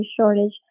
shortage